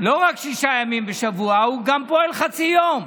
לא רק שישה ימים בשבוע, הוא גם פועל חצי יום,